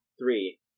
Three